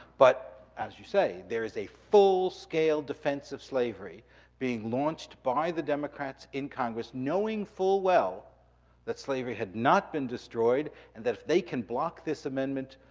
but as you say, there is a full scale defense of slavery being launched by the democrats in congress, knowing full well that slavery had not been destroyed. and that if they can block this amendment,